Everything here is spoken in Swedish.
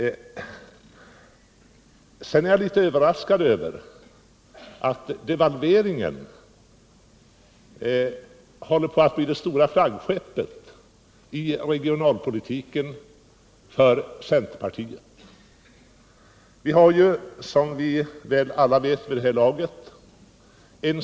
Jag är litet överraskad över att devalveringen håller på att bli det stora flaggskeppet i regionalpolitiken för centerpartiet.